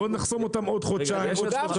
בואו נחסום אותם עוד חודשיים, עוד שלושה.